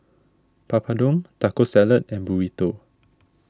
Papadum Taco Salad and Burrito